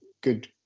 good